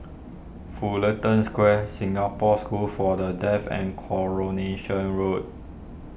Fullerton Square Singapore School for the Deaf and Coronation Road